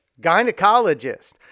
gynecologist